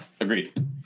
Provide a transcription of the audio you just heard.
Agreed